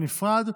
בנפרד.